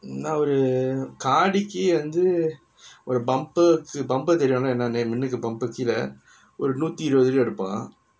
என்ன ஒரு காடிக்கு வந்து ஒரு:enna oru kaadi ku vanthu oru bumper கு:ku bumper தெரியுல என்னனு மின்னுக்கும்:teriyula ennanu minunkum bumper கீழ ஒரு நூத்தி இருவது வெள்ளி எடுப்பான்:keezha oru noothi iruvathu velli edupaan